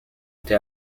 été